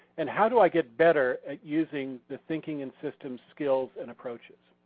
and how do i get better at using the thinking in systems skills and approaches?